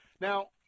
now